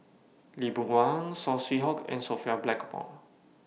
Lee Boon Wang Saw Swee Hock and Sophia Blackmore